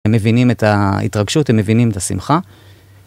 הם מבינים את ההתרגשות, הם מבינים את השמחה.